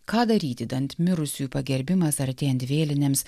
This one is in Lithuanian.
ką daryti idant mirusiųjų pagerbimas artėjant vėlinėms